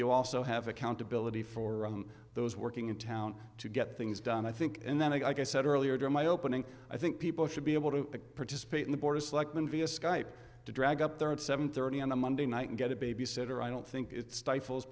you also have accountability for those working in town to get things done i think and then i said earlier in my opening i think people should be able to participate in the board of selectmen via skype to drag up there at seven thirty on a monday night and get a babysitter i don't think it's stifles